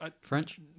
French